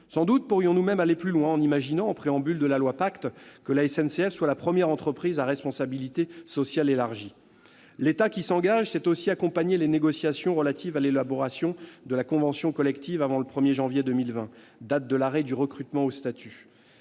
Sans doute pourrions-nous même aller plus loin, en imaginant, en préambule de la future loi PACTE, que la SNCF soit la première entreprise à responsabilité sociale élargie. L'État s'engage aussi pour accompagner les négociations relatives à l'élaboration de la convention collective avant le 1 janvier 2020, date de l'arrêt du recrutement au statut.